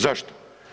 Zašto?